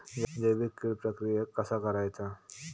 जैविक कीड प्रक्रियेक कसा करायचा?